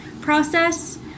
process